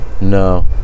No